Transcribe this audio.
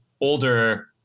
older